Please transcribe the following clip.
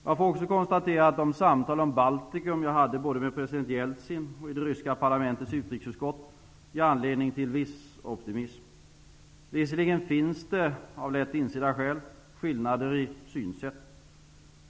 Jag får också konstatera att de samtal om Baltikum som jag hade både med president Jeltsin och i det ryska parlamentets utrikesutskott ger anledning till viss optimism. Visserligen finns det av lätt insedda skäl skillnader i synsätten.